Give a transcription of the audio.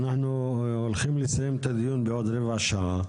אנחנו הולכים לסיים את הדיון בעוד רבע שעה,